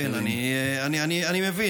כן, אני מבין.